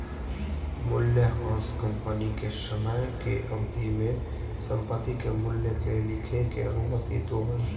मूल्यह्रास कंपनी के समय के अवधि में संपत्ति के मूल्य के लिखे के अनुमति दो हइ